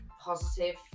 positive